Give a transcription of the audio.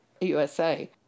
USA